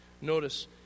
Notice